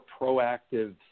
proactive